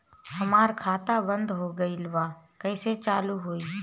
हमार खाता बंद हो गइल बा कइसे चालू होई?